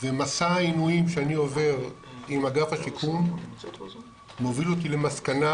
ומסע העינויים שאני עובר עם אגף השיקום מוביל אותי למסקנה,